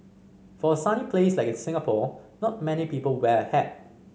for a sunny place like Singapore not many people wear a hat